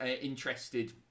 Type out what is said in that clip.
interested